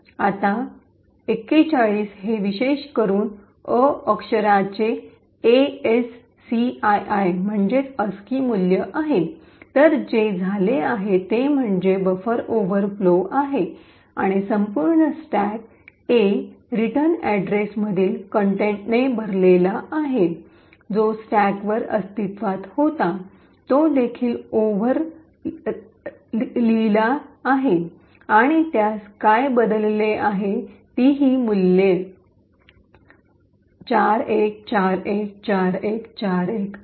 आता ४१ हे विशेष करून अ अक्षराचे एएससीआयआय मूल्य आहे तर जे झाले आहे ते म्हणजे बफर ओव्हर फ्लो आहे आणि संपूर्ण स्टॅक ए रिटर्न अॅड्रेस मधील कंटेंटने भरलेला आहे जो स्टॅकवर अस्तित्त्वात होता तो देखील ओव्हर लिहिला आहे आणि त्यास काय बदलले आहे ती ही मूल्ये 41414141 आहेत